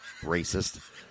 racist